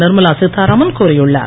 நிர்மலா சீதாராமன் கூறியுள்ளார்